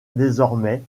désormais